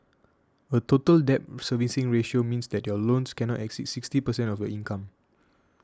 a Total Debt Servicing Ratio means that your loans cannot exceed sixty percent of your income